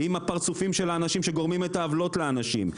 עם הפרצופים של האנשים שגורמים את העוולות לאנשים,